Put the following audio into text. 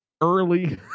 early